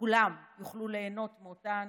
וכולם יוכלו ליהנות מאותם